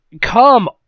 come